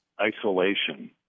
isolation